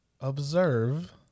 observe